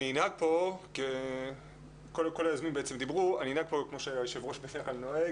אני אנהג כפי שנוהג היושב ראש ואתן רשות